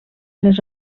les